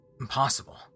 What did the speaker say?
Impossible